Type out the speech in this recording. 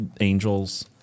angels